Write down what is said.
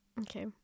Okay